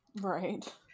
Right